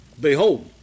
Behold